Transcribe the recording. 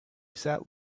sat